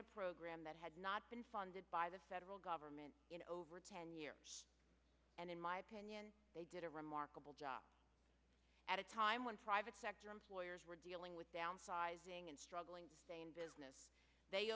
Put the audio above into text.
a program that had not been funded by the federal government over ten years and in my opinion they did a remarkable job at a time when private sector employers were dealing with downsizing and struggling to stay in business they